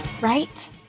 Right